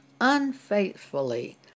unfaithfully